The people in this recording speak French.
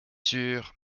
sûre